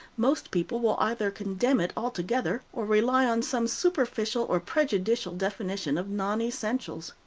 most people will either condemn it altogether, or rely on some superficial or prejudicial definition of non-essentials.